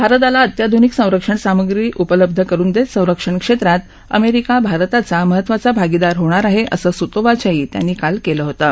भारताला अत्याध्निकसंरक्षण सामग्री उपलब्ध करून देत संरक्षण क्षेत्रात अमेरिका भारताचा महत्वाचा भागीदार होणार आहे असं सूतोवाच त्यांनी काल केलं होतं